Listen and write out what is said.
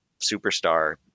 superstar